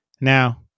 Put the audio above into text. Now